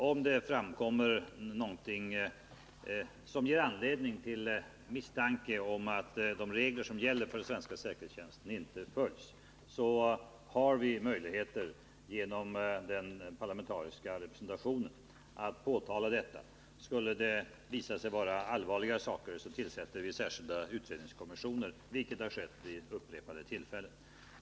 Om det framkommer någonting som ger anledning till misstanke om att de regler som gäller för den svenska säkerhetstjänsten inte följs, har den parlamentariska representationen möjlighet att påtala det. Skulle det röra sig om allvarliga rättssaker tillsätter vi särskilda utredningskommissioner, vilket har skett vid upprepade tillfällen.